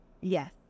Yes